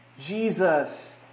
Jesus